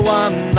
one